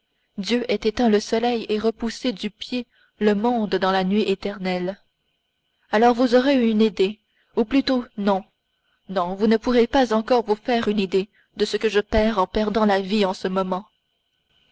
dieu ait éteint le soleil et repoussé du pied le monde dans la nuit éternelle alors vous aurez une idée ou plutôt non non vous ne pourrez pas encore vous faire une idée de ce que je perds en perdant la vie en ce moment